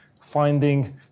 finding